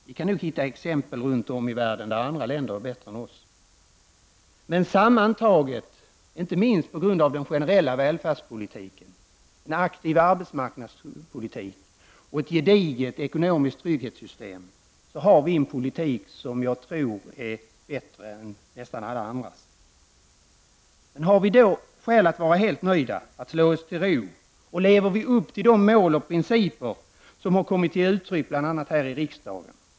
Vi kan nog hitta exempel runt om i världen på att man i andra länder är bättre än vi. Men sammantaget, inte minst på grund av den generella välfärdspolitiken, en aktiv arbetsmarknadspolitik och ett gediget ekonomiskt trygghetssystem har vi en politik som jag tror är bättre än nästan alla andras. Men har vi då skäl att vara helt nöjda, att slå oss till ro, och lever vi upp till de mål och principer som har kommit till uttryck bl.a. här i riksdagen?